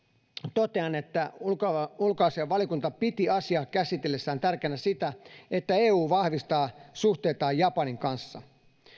totean että ulkoasiainvaliokunta piti asiaa käsitellessään tärkeänä sitä että eu vahvistaa suhteitaan japanin kanssa